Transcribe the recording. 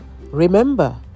Remember